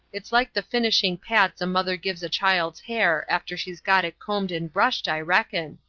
it's like the finishing pats a mother gives the child's hair after she's got it combed and brushed, i reckon.